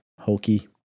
hokey